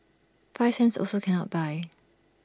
five cents also cannot buy